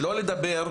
שלא לדבר,